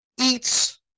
eats